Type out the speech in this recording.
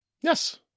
Yes